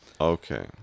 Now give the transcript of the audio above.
Okay